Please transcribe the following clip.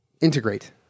integrate